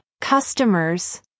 customers